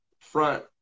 Front